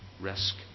risk